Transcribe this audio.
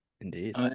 Indeed